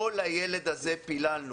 לא לילד הזה פיללנו.